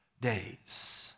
days